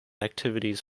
activities